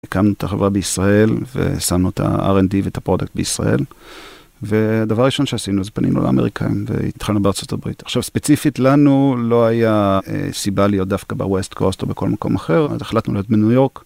הקמנו את החברה בישראל, ו...שמנו את ה-R&D ואת הפרודקט בישראל, ו...הדבר הראשון שעשינו זה פנינו לאמריקאים, ו...התחלנו בארצות הברית. עכשיו, ספציפית לנו, לא היה, אה... סיבה להיות דווקא ב-West Coast או בכל מקום אחר, אז החלטנו להיות בניו-יורק.